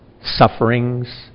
sufferings